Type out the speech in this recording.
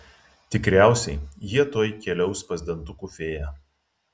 tikriausiai jie tuoj keliaus pas dantukų fėją